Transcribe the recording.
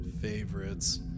favorites